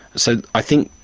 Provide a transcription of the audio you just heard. so i think,